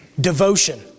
devotion